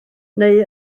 neu